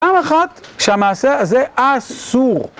פעם אחת שהמעשה הזה אסור